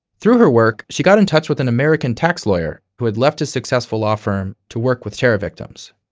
through her work, she got in touch with an american tax lawyer, who had left his successful law-firm to work with terror victims.